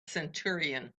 centurion